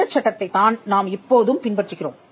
அந்த சட்டத்தைத் தான் நாம் இப்பொழுதும் பின்பற்றுகிறோம்